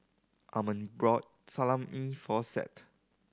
Almond brought Salami for Seth